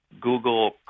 Google